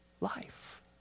life